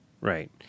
Right